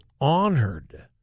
honored